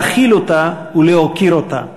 להכיל אותה ולהוקיר אותה.